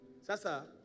Sasa